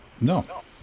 No